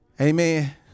Amen